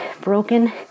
broken